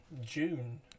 June